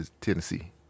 Tennessee